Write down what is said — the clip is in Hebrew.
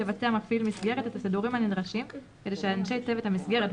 יבצע מפעיל מסגרת את הסידורים הנדרשים כדי שאנשי צוות המסגרת,